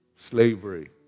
Slavery